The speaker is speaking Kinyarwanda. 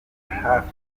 hafi